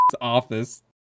office